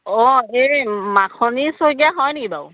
অ' এই মাখনী শইকীয়া হয় নি বাৰু